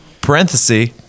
parenthesis